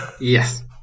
Yes